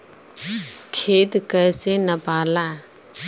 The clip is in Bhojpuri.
खेत कैसे नपाला?